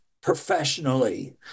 professionally